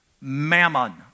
mammon